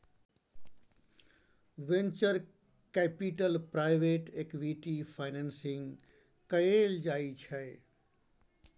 venture capital private equity financing कएल जाइ छै